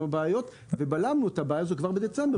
הבעיות ובלמנו את הבעיה הזו כבר בדצמבר.